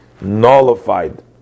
nullified